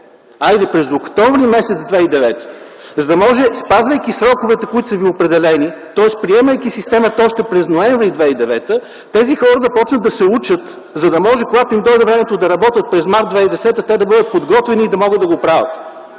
хайде през м. октомври 2009 г., за да може спазвайки сроковете, които са ви определени, тоест приемайки системата още през м. ноември 2009 г. тези хора да започнат да се учат, за да може, когато им дойде времето, да работят през м. март 2010 г. те да бъдат подготвени и да могат да го правят.